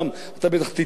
תוסיף להם בגדים,